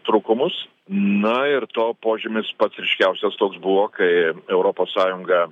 trūkumus na ir to požymis pats ryškiausias toks buvo kai europos sąjunga